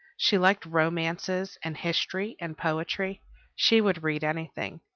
she liked romances and history and poetry she would read anything.